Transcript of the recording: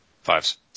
fives